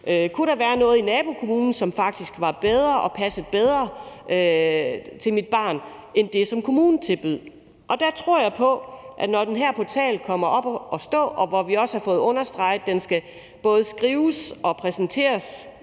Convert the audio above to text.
Kunne der være noget i nabokommunen, som faktisk var bedre og passede bedre til mit barn end det, som kommunen tilbød? Når den her portal kommer op at stå, som vi også har fået understreget skal både skrives og præsenteres